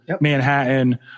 Manhattan